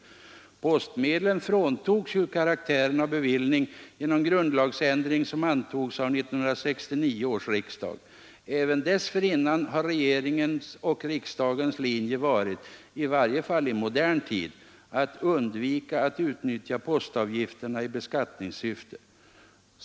Postmedlen fråntogs karaktären av bevillning genom grundlagsändring som antogs av 1969 års riksdag. Även dessförinnan har regeringens och riksdagens linje varit — i varje fall i modern tid — att undvika att utnyttja postavgifterna i beskattningssyfte.